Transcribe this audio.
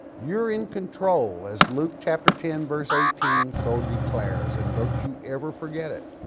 you're in control as luke chapter ten verse eighteen so declares and don't you ever forget it.